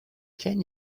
can